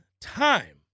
time